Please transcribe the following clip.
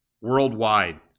worldwide